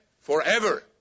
forever